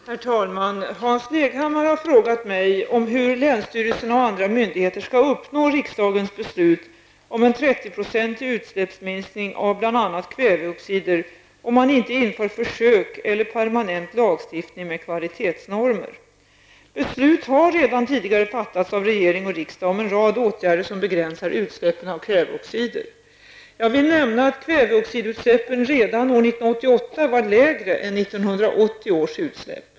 Herr talman! Hans Leghammar har frågat mig hur länsstyrelserna och andra myndigheter skall uppnå riksdagens beslut om en 30-procentig utsläppsminskning av bl.a. kväveoxider, om man inte inför försök eller permanent lagstiftning med kvalitetsnormer. Beslut har redan tidigare fattats av regering och riksdag om en rad åtgärder som begränsar utsläppen av kväveoxider. Jag vill nämna att kväveoxidutsläppen redan år 1988 var lägre än 1980 års utsläpp.